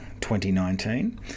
2019